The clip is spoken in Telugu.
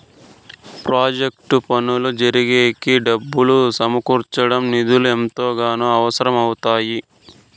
ప్రాజెక్టు పనులు జరిగేకి డబ్బులు సమకూర్చడం నిధులు ఎంతగానో అవసరం అవుతాయి